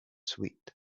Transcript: sweet